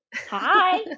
Hi